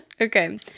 Okay